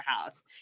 house